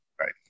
Right